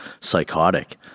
psychotic